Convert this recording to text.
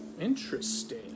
interesting